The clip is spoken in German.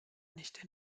nicht